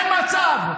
אין מצב.